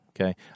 Okay